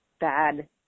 bad